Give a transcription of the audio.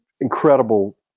incredible